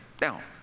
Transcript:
Now